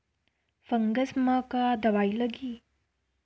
Fungus म का दवाई लगी?